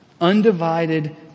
Undivided